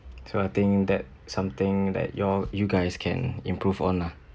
so I think that something that y'all you guys can improve on lah